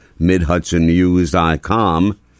MidHudsonNews.com